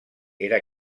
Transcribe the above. era